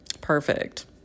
perfect